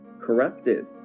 corrupted